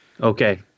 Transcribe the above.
Okay